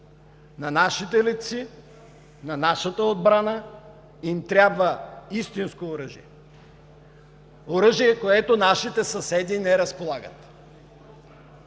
на нашите летци, на нашата отбрана им трябва истинско оръжие – оръжие, с което нашите съседи не разполагат